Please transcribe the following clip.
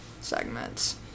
segments